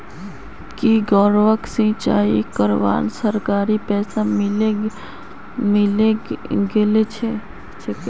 की गौरवक सिंचाई करवार सरकारी पैसा मिले गेल छेक